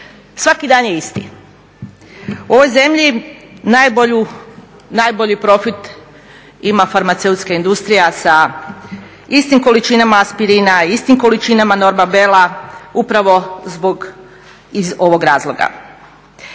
svaki dan je isti. U ovoj zemlji najbolji profit ima farmaceutska industrija sa istim količinama aspirinima, istim količinama normabela upravo iz ovog razloga.